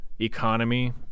economy